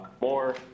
more